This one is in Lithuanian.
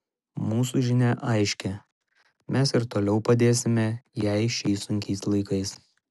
mūsų žinia aiški mes ir toliau padėsime jai šiais sunkiais laikais